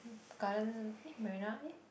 garden marina eh